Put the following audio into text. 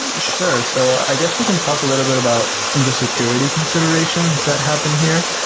and sure. so i guess we can talk a little bit about the security considerations that happen here,